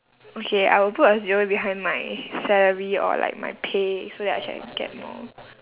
okay I will put a zero behind my salary or like my pay so that I can get more